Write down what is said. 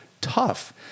tough